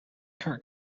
kurt